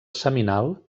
seminal